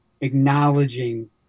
acknowledging